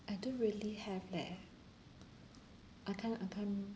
I don't really have that I can't I can't